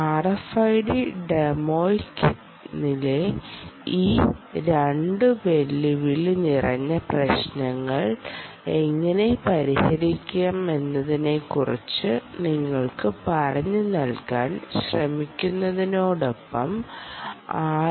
RFID ഡൊമെയ്നിലെ ഈ 2 വെല്ലുവിളി നിറഞ്ഞ പ്രശ്നങ്ങൾ എങ്ങനെ പരിഹരിക്കാമെന്നതിനെക്കുറിച്ച് നിങ്ങൾക്ക് പറഞ്ഞു നൽകാൻ ശ്രമിക്കുന്നതിനൊപ്പം ആർ